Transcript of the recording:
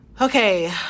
okay